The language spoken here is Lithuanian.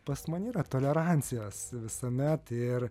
pas mane yra tolerancijos visuomet ir